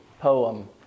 poem